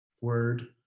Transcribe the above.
word